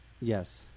Yes